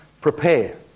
Prepare